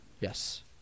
Yes